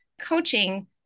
coaching